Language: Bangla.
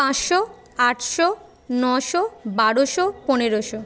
পাঁচশো আটশো নশো বারোশো পনেরোশো